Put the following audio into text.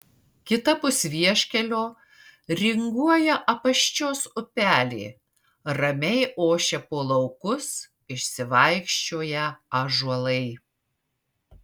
kitapus vieškelio ringuoja apaščios upelė ramiai ošia po laukus išsivaikščioję ąžuolai